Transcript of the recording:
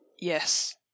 Yes